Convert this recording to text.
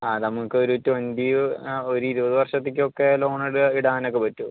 ആ നമക്കൊരു റ്റൊൻറ്റി ആ ഒരിരുപത് വർഷത്തേക്കൊക്കെ ലോണിടാനൊക്കെ പറ്റുവോ